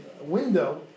window